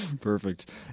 Perfect